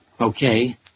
Okay